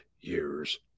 years